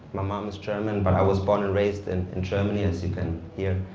my mom is german, but i was born and raised and in germany, as you can hear.